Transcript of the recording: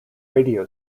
radio